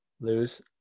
Lose